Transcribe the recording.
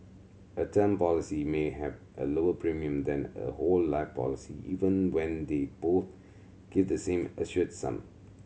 a term policy may have a lower premium than a whole life policy even when they both give the same assured sum